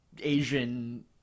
Asian